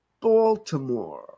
Baltimore